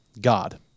God